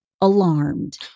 alarmed